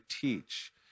teach